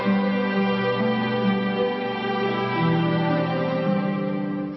she